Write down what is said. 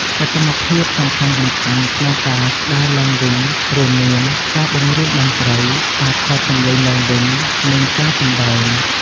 សកម្មភាពសំខាន់ៗក្នុងកាស្ដារឡើងវិញរួមមាន ការបង្រៀនតន្ត្រី ការថតសំឡេងឡើងវិញ និងការសម្តែង។